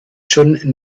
john